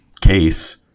case